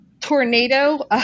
tornado